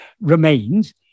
remains